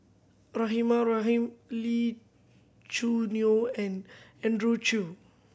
Rahimah Rahim Lee Choo Neo and Andrew Chew